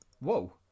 whoa